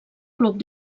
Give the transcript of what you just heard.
club